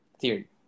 theory